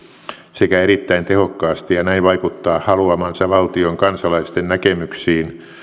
sekä erittäin tehokkaasti ja näin vaikuttaa haluamansa valtion kansalaisten näkemyksiin